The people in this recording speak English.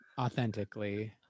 authentically